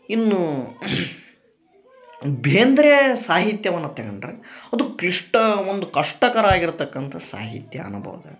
ಇನ್ನೂ ಬೇಂದ್ರೆ ಸಾಹಿತ್ಯವನ್ನ ತೆಗಂಡ್ರೆ ಅದು ಕ್ಲಿಷ್ಟ ಒಂದು ಕಷ್ಟಕರ ಆಗಿರ್ತಕ್ಕಂಥ ಸಾಹಿತ್ಯ ಅನುಭವಗಳು